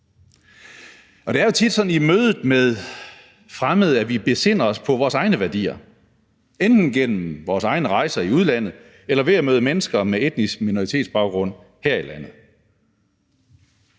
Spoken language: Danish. Det er jo tit sådan i mødet med fremmede, at vi besinder os på vores egne værdier enten gennem vores egne rejser i udlandet eller er ved at møde mennesker med etnisk minoritetsbaggrund her i landet.